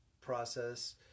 process